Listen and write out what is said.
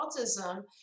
autism